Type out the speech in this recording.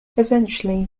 eventually